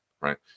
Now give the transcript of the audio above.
right